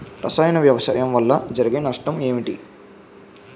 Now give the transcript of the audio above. రసాయన వ్యవసాయం వల్ల జరిగే నష్టాలు ఏంటి?